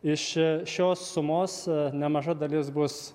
iš šios sumos nemaža dalis bus